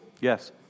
Yes